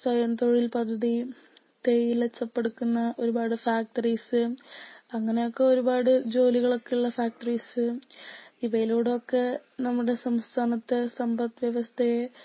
സ്വയം തൊഴിൽ പദ്ധതി തേയില ചെപ്പെടുക്കുന്ന ഒരുപാട് ഫാക്ടറീസ് അങ്ങനെ ഒക്കെ ഒരുപാട് ജോലികൾ ഒക്കെ ഉള്ള ഫാക്ടറീസ് ഇവയിലൂടൊക്കെ നമ്മുടെ സംസ്ഥാനത്തെ സമ്പത്വ്യവസ്ഥയെ